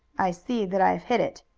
i see that i have hit it.